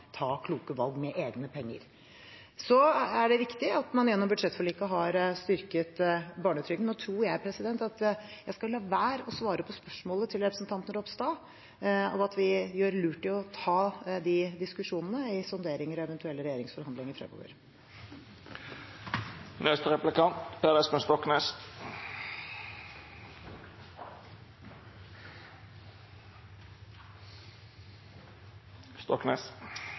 ta kloke valg med egne penger. Det er riktig at man gjennom budsjettforliket har styrket barnetrygden. Jeg tror at jeg skal la være å svare på spørsmålet fra representanten Ropstad, og at vi gjør lurt i å ta de diskusjonene i sonderinger og eventuelle regjeringsforhandlinger